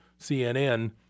CNN